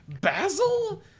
Basil